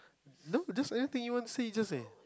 no just anything you want to say you just say